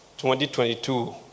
2022